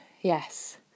yes